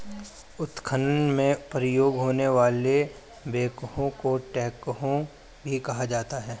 उत्खनन में उपयोग होने वाले बैकहो को ट्रैकहो भी कहा जाता है